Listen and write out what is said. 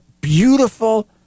beautiful